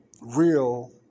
real